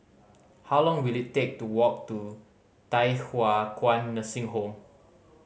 how long will it take to walk to Thye Hua Kwan Nursing Home